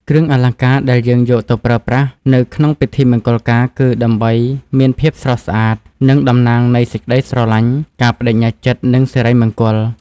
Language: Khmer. "គ្រឿងអលង្ការដែលយើងយកទៅប្រើប្រាស់នៅក្នុងពិធីមង្គលការគឺដើម្បីមានភាពស្រស់ស្អាត និង តំណាងនៃសេចក្ដីស្រឡាញ់ ការប្តេជ្ញាចិត្ត និង សិរីមង្គល។ "